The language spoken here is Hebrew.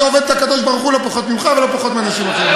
אני עובד את הקדוש-ברוך-הוא לא פחות ממך ולא פחות מאנשים אחרים.